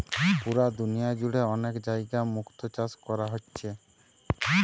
পুরা দুনিয়া জুড়ে অনেক জাগায় মুক্তো চাষ কোরা হচ্ছে